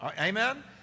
Amen